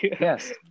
Yes